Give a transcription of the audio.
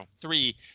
three